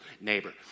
neighbor